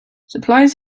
suppliers